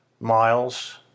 Miles